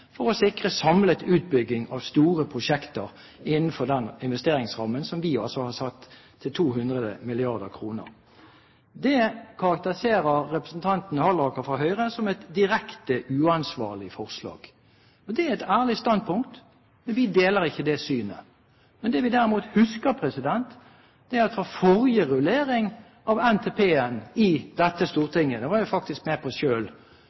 for å sikre en samlet utbygging av store prosjekter innenfor den investeringsrammen som vi har satt til 200 mrd. kr. Det karakteriserer representanten Halleraker fra Høyre som et direkte uansvarlig forslag. Det er et ærlig standpunkt, men vi deler ikke det synet. Det vi derimot husker, er at ved forrige rullering av NTP-en i dette stortinget – det var jeg faktisk med på